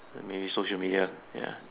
maybe social media ya